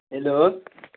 hello